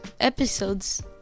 episodes